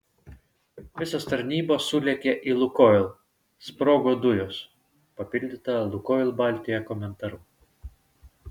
visos tarnybos sulėkė į lukoil sprogo dujos papildyta lukoil baltija komentaru